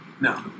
No